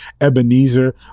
Ebenezer